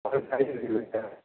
வேறு காய்கறிகள் இருக்கா